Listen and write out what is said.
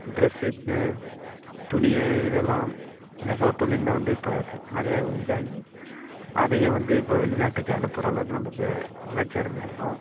dress துணியை இதெல்லாம் நெசவுத்தொழிலில் வந்து இப்போ நிறைய இதாகி அதையும் வந்து இப்போ வெளிநாட்டுக்கு அனுப்புகிற அளவுக்கு நமக்கு வளர்ச்சி அடைஞ்சுருக்குறோம்